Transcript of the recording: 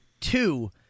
two